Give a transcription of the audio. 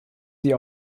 sie